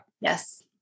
Yes